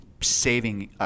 saving